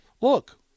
look